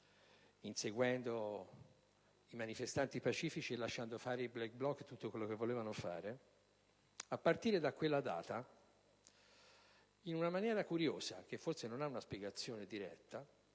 inseguiti i manifestanti pacifici e fu lasciato fare ai *black bloc* tutto quello che volevano. A partire da quella data, in una maniera curiosa che forse non ha alcuna spiegazione diretta,